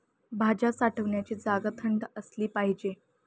भाज्या साठवण्याची जागा थंड असली पाहिजे